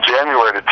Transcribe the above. January